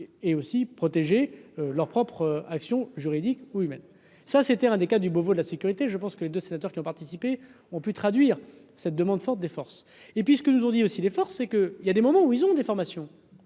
et aussi protéger leurs propres actions juridiques oui mais ça, c'était un des quatre du Beauvau de la sécurité, je pense que les dessinateurs sénateurs qui ont participé ont pu traduire cette demande forte des forces. Et puis, ce que nous, on dit aussi les forces et que il y a des moments où ils ont des formations,